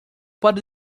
pare